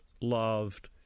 loved